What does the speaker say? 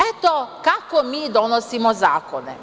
Eto kako mi donosimo zakone.